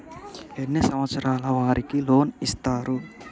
ఎన్ని సంవత్సరాల వారికి లోన్ ఇస్తరు?